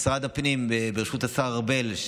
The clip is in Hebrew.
משרד הפנים בראשות השר ארבל,